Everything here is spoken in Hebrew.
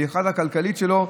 במיוחד ההתנהלות הכלכלית שלו,